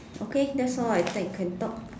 okay that's all I think you can talk